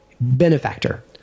benefactor